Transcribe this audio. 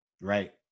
Right